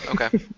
okay